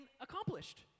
accomplished